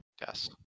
Yes